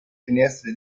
finestre